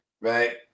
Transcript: right